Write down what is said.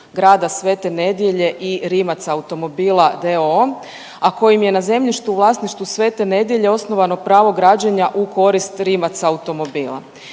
grada Svete Nedelje i Rimac automobila d.o.o., a kojim je na zemljištu u vlasništvu Svete Nedelje osnovano pravo građenja u korist Rimac automobila.